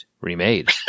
remade